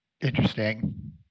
Interesting